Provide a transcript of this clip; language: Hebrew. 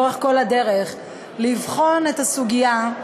לאורך כל הדרך, לבחון את הסוגיה,